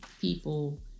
people